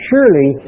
Surely